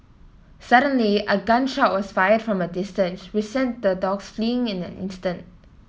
suddenly a gun shot was fired from a distance which sent the dogs fleeing in an instant